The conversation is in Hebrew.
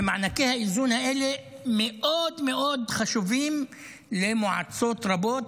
ומענקי האיזון האלה מאוד מאוד חשובים למועצות רבות,